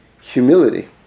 humility